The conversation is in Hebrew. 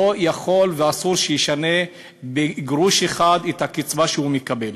לא יכול ואסור שישנה בגרוש אחד את הקצבה שהוא מקבל.